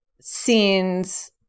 scenes